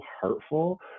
hurtful